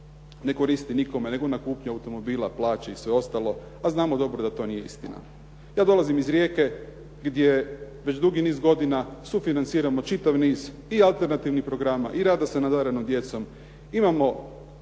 ne koristi nikome, nego na kupnju automobila, plaća i sve ostalo, a znamo dobro da to nije istina. Ja dolazim iz Rijeke gdje već duži niz godina sufinanciramo čitav niz i alternativnih programa i rad s nadarenom djecom. Imamo